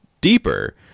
deeper